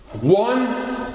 one